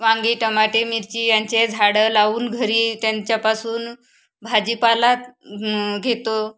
वांगे टमाटे मिरची यांचे झाडं लावून घरी त्यांच्यापासून भाजीपालात घेतो